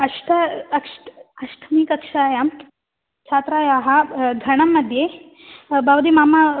अष्ट अष्ट अष्टमीकक्षायां छात्रायाः गणं मध्ये भवति मम